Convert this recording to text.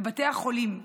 בבתי החולים,